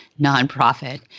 nonprofit